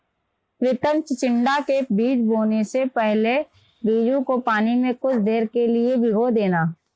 प्रितम चिचिण्डा के बीज बोने से पहले बीजों को पानी में कुछ देर के लिए भिगो देना